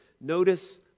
Notice